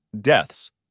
deaths